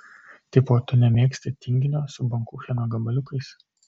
tipo tu nemėgsti tinginio su bankucheno gabaliukais